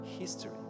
history